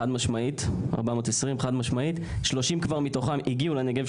חד משמעית, 420. 30 מתוכן כבר מתוכן הגיעו לנגב.